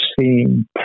seen